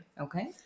Okay